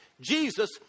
Jesus